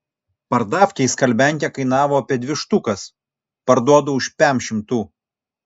pardavkėj skalbiankė kainavo apie dvi štukas parduodu už pem šimtų